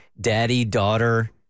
daddy-daughter